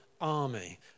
army